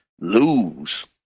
lose